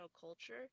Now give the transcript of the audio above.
culture